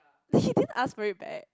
he didn't ask for it back